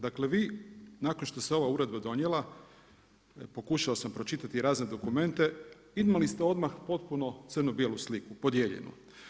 Dakle, vi nakon što se ova Uredba donijela, pokušao sam pročitati razne dokumente, imali ste odmah potpuno crno bijelu sliku, podijeljenu.